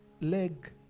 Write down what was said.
leg